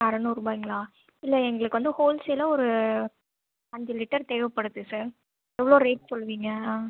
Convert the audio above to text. அறநூறுபாய்ங்களா இல்லை எங்களுக்கு வந்து ஹோல் சேலாக ஒரு அஞ்சு லிட்டர் தேவைப்படுது சார் எவ்வளோ ரேட் சொல்லுவீங்க ஆ